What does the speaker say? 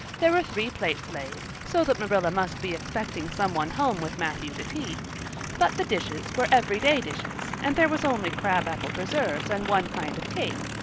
there were three plates laid, so that marilla must be expecting some one home with matthew to tea but the dishes were everyday dishes and there was only crab-apple preserves and one kind of cake,